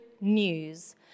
news